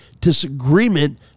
disagreement